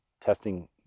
testing